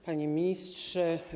Panie Ministrze!